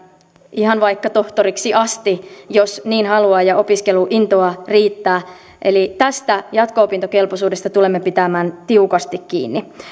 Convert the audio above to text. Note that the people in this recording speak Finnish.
ihan vaikka tohtoriksi asti jos niin haluaa ja opiskeluintoa riittää eli tästä jatko opintokelpoisuudesta tulemme pitämään tiukasti kiinni